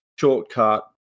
shortcut